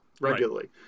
regularly